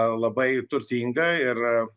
labai turtinga ir